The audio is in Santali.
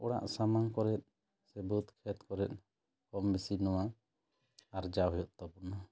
ᱚᱲᱟᱜ ᱥᱟᱢᱟᱝ ᱠᱚᱨᱮᱫ ᱥᱮ ᱵᱟᱹᱫᱽ ᱠᱷᱮᱛ ᱠᱚᱨᱮᱫ ᱠᱚᱢ ᱵᱮᱥᱤ ᱱᱚᱣᱟ ᱟᱨᱡᱟᱣ ᱦᱩᱭᱩᱜ ᱛᱟᱵᱚᱱᱟ